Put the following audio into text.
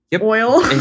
oil